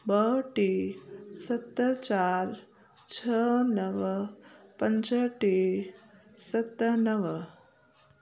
ॿ टे सत चार छह नव पंज टे सत नव